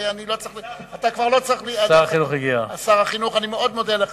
שר החינוך בדרך